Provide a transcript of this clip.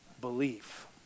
belief